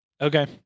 Okay